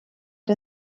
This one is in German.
der